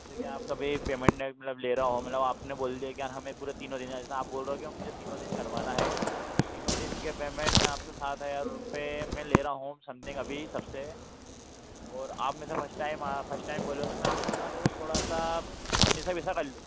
देखिए आप कभी पेमेंट मतलब ले रहा हो मतलब आपने बोल दिया कि यार हमें पूरे तीनों दिन ऐसा आप बोल रहे हो कि मुझे तीनों दिन करवाना है तो तीनों दिन के पेमेंट में आपसे सात हजार रुपए मैं ले रहा हूँ होम संडे का भी सबसे और आपने तो फर्स्ट टाइम फर्स्ट टाइम बोले हो तो मैं आपके साथ और थोड़ा सा उन्नीस बीस कर लूंगा